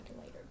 later